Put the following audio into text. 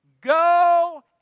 Go